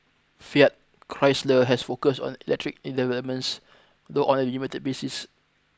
Fiat Chrysler has focused on electric developments though on a limited basis